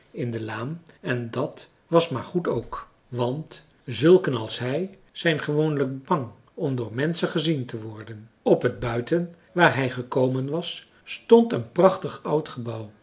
in de laan en dat was maar goed ook want zulken als hij zijn gewoonlijk bang om door menschen gezien te worden op het buiten waar hij gekomen was stond een prachtig oud gebouw